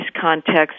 context